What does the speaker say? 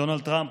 דונלד טראמפ,